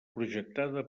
projectada